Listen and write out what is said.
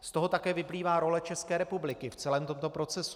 Z toho také vyplývá role České republiky v celém tomto procesu.